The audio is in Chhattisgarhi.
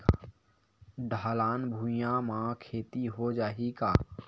ढलान भुइयां म खेती हो जाही का?